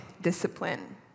discipline